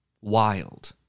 wild